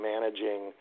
managing